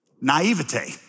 naivete